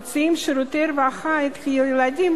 שירותי הרווחה לא מוציאים את הילדים